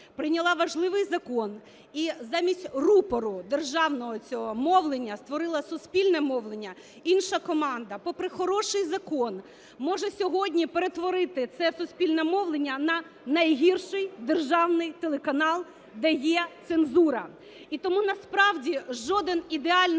прийняла важливий закон і замість рупору, державного цього мовлення, створила суспільне мовлення, інша команда попри хороший закон може сьогодні перетворити це суспільне мовлення на найгірший державний телеканал, де є цензура. І тому насправді жоден ідеальний